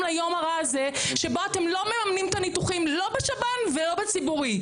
ליום הרע הזה שבו אתם לא מממנים את הניתוחים לא בשב"ן ולא בציבורי.